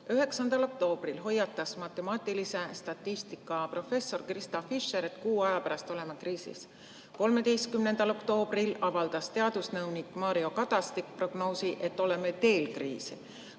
9. oktoobril hoiatas matemaatilise statistika professor Krista Fischer, et kuu aja pärast oleme kriisis. 13. oktoobril avaldas teadusnõunik Mario Kadastik prognoosi, et oleme teel kriisi.